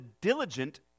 diligent